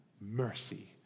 mercy